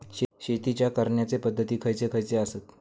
शेतीच्या करण्याचे पध्दती खैचे खैचे आसत?